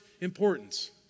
importance